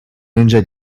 önce